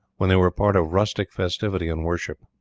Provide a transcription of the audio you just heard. when they were part of rustic festivity and worship.